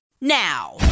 now